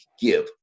give